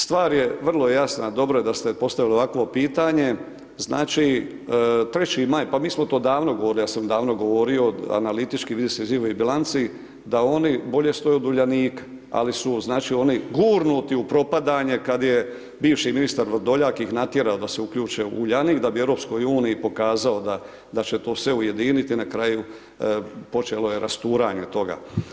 Stvar je vrlo jasna, dobro je da ste postavili ovakvo pitanje, znači 3. Maj, pa mi smo to davno govorili, ja sam davno govorio analitički vidi se iz njihovih bilanci da oni bolje stoje od Uljanika ali su znači oni gurnuti u propadanje kada je bivši ministar Vrdoljak ih natjerao da se uključe u Uljanik da bi EU pokazao da će to sve ujediniti a na kraju počelo je rasturanje toga.